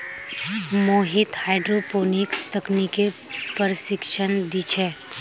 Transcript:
Mohit hydroponics तकनीकेर प्रशिक्षण दी छे